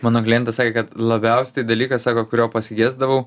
mano klientas sakė kad labiausiai tai dalykas sako kurio pasigesdavau